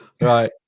Right